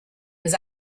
was